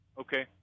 Okay